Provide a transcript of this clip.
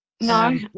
No